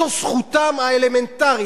זו זכותם האלמנטרית.